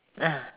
ah